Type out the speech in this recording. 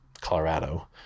Colorado